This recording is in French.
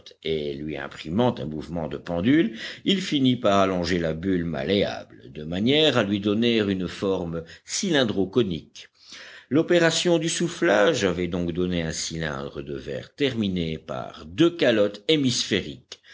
et lui imprimant un mouvement de pendule il finit par allonger la bulle malléable de manière à lui donner une forme cylindro conique l'opération du soufflage avait donc donné un cylindre de verre terminé par deux calottes hémisphériques